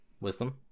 Wisdom